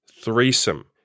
threesome